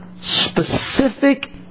specific